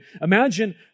Imagine